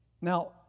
Now